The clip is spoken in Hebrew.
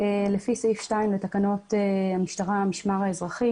לפי סעיף 2 לתקנות המשטרה (משמר אזרחי),